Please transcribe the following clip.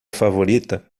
favorita